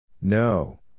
No